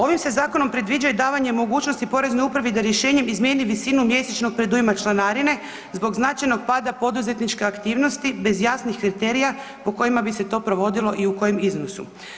Ovim se zakonom predviđa i davanje mogućnosti poreznoj upravi da rješenjem izmjeni visinu mjesečnog predujma članarine zbog značajnog pada poduzetničke aktivnosti bez jasnih kriterija po kojima bi se to provodilo i u kojem iznosu.